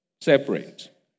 separate